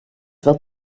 wird